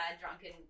drunken